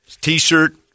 T-shirt